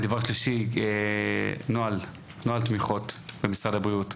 דבר שלישי, נוהל תמיכות במשרד הבריאות,